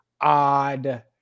odd